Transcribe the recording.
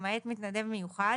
למעט מתנדב מיוחד,